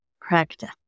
Practice